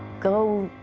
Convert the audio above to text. go,